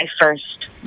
first